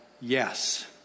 yes